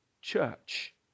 church